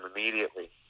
Immediately